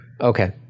Okay